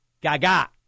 gaga